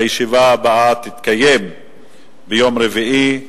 הישיבה הבאה תתקיים ביום רביעי,